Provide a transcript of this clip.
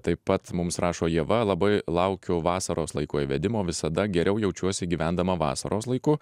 taip pat mums rašo ieva labai laukiu vasaros laiko įvedimo visada geriau jaučiuosi gyvendama vasaros laiku